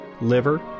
liver